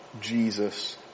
Jesus